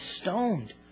stoned